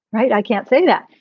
right. i can't say that.